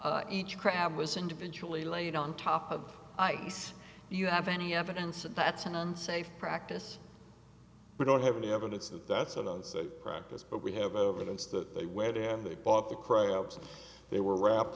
on each crab was individually laid on top of ice do you have any evidence that that's an unsafe practice we don't have any evidence that that's out of practice but we have evidence that they where they have they bought the crabs and they were wrapped